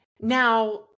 now